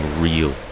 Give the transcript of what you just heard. real